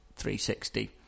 360